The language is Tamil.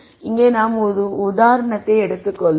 இங்கே நாம் ஒரு உதாரணத்தை எடுத்து கொள்வோம்